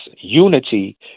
unity